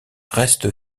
reste